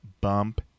bump